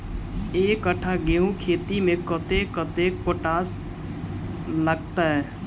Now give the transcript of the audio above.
एक कट्ठा गेंहूँ खेती मे कतेक कतेक पोटाश लागतै?